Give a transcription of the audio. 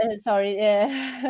sorry